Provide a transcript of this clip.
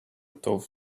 tough